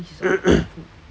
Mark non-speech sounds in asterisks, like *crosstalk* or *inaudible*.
*coughs*